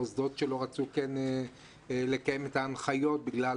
היו מוסדות שלא רצו לקיים את ההנחיות גם בגלל